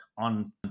on